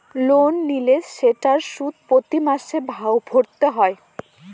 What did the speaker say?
loan নিলে সেটার সুদ প্রতি মাসে ভরতে হয়